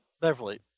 Beverly